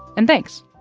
and thanks